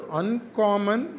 uncommon